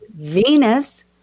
Venus